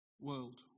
world